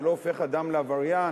זה לא הופך אדם לעבריין.